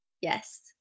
Yes